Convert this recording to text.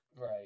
Right